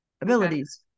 abilities